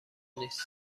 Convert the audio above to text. نیست